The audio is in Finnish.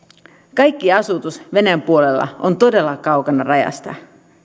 kaikki asutus venäjän puolella on todella kaukana rajasta